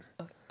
okay